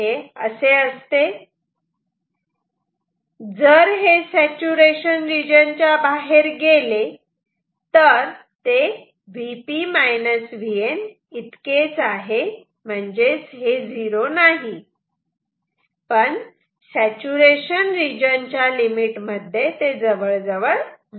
जर हे saturation region च्या बाहेर गेले तर Vp Vn इतके आहे म्हणजेच हे झिरो नाही पण सॅचूरेशन रिजन च्या लिमिट मध्ये ते जवळजवळ झिरो च असते